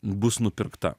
bus nupirkta